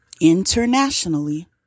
internationally